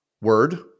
Word